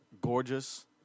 Gorgeous